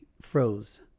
froze